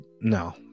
No